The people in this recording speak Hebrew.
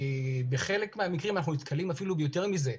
בחלק מהמקרים אנחנו נתקלים אפילו ביותר מזה.